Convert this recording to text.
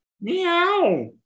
Meow